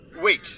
Wait